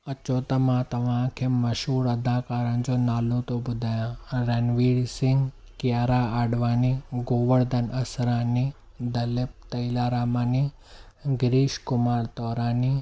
अचो त मां तव्हां खे मशहूर अदाकारनि जो नालो तो ॿुधायां रणवीर सिंह कियारा आॾवानी गोवेर्धन असरानी दिलीप तेलारामानी गिरीश कुमार तौरानी